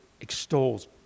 extols